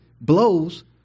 blows